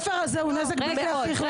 ספר מסוכן מאוד.